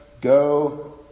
go